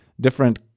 different